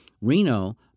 Reno